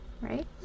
right